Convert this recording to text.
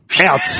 out